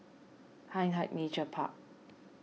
Hindhede Nature Park